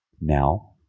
now